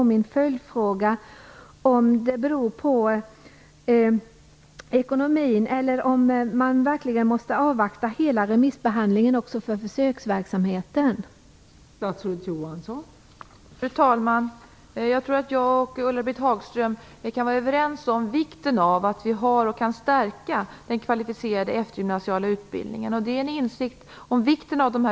Min följdfråga är då: Beror det på ekonomin eller på att man verkligen måste avvakta hela remissbehandlingen för försöksverksamhetens del?